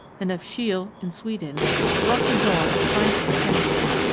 and of scheele in sweden brought the dawn of scientific chemistry.